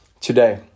today